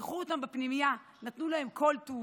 הם אירחו אותם בפנימייה ונתנו להם כל טוב.